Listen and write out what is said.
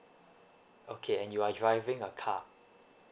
okay and you are driving a car